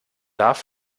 darf